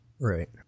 Right